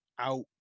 out